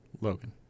Logan